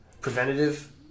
preventative